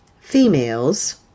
females